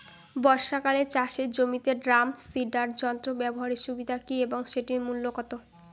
বর্ষাকালে চাষের জমিতে ড্রাম সিডার যন্ত্র ব্যবহারের সুবিধা কী এবং সেটির মূল্য কত?